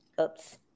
Oops